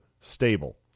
stable